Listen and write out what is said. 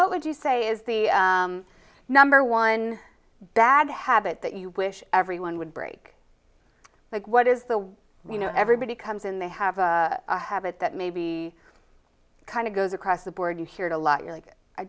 what would you say is the number one bad habit that you wish everyone would break like what is the you know everybody comes in they have a habit that maybe kind of goes across the board you hear it a lot you're like i